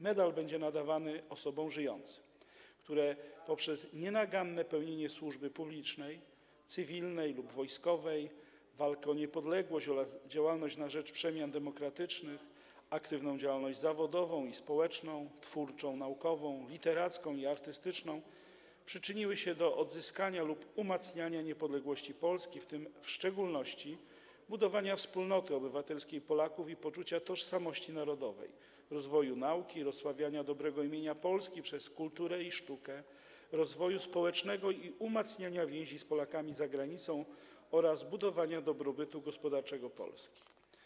Medal będzie nadawany osobom żyjącym, które poprzez nienaganne pełnienie służby publicznej, cywilnej lub wojskowej, walkę o niepodległość oraz działalność na rzecz przemian demokratycznych, aktywną działalność zawodową i społeczną, twórczą, naukową, literacką i artystyczną przyczyniły się do odzyskania lub umacniania niepodległości Polski, w tym w szczególności budowania wspólnoty obywatelskiej Polaków i poczucia tożsamości narodowej, rozwoju nauki i rozsławiania dobrego imienia Polski przez kulturę i sztukę, rozwoju społecznego i umacniania więzi z Polakami za granicą oraz budowania dobrobytu gospodarczego Polski.